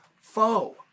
foe